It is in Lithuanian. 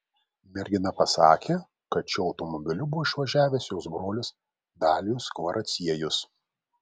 mergina pasakė kad šiuo automobiliu buvo išvažiavęs jos brolis dalijus kvaraciejus